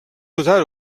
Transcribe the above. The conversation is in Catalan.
notar